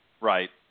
Right